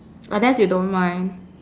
unless you don't mind